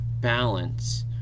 balance